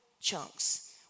chunks